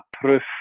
proof